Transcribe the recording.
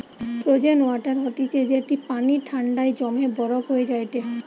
frozen water হতিছে যেটি পানি ঠান্ডায় জমে বরফ হয়ে যায়টে